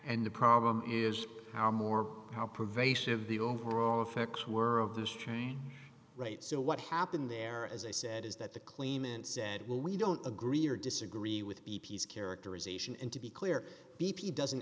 and the problem is how more how pervasive the overall effects were of this chain right so what happened there as i said is that the claimant said well we don't agree or disagree with b p s characterization and to be clear b p doesn't